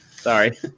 Sorry